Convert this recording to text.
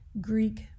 Greek